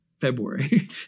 february